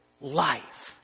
life